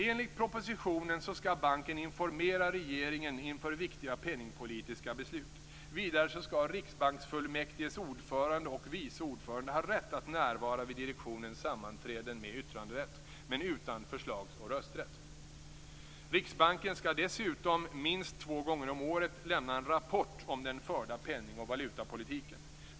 Enligt propositionen skall banken informera regeringen inför viktiga penningpolitiska beslut. Vidare skall riksbanksfullmäktiges ordförande och vice ordförande ha rätt att närvara vid direktionens sammanträden med yttranderätt, men utan förslags och rösträtt. Riksbanken skall dessutom minst två gånger om året lämna en rapport om den förda penning och valutapolitiken.